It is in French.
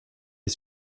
est